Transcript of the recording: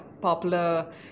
popular